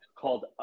called